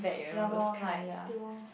ya lor like still